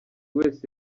wese